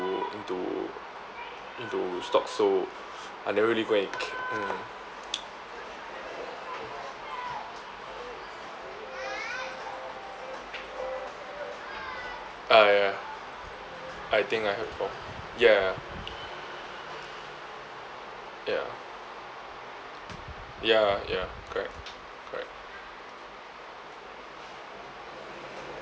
into into stocks so I never really go and c~ mm ah ya I think I heard before ya ya ya ya ya correct correct